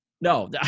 No